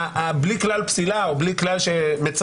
בלי כלל פסילה או בלי כלל שמצמצם,